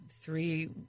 Three